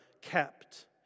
kept